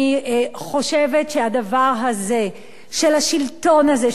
ואני חושבת שהדבר הזה של השלטון הזה,